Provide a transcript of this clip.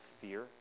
fear